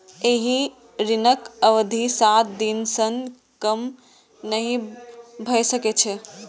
एहि ऋणक अवधि सात दिन सं कम नहि भए सकै छै